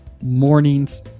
mornings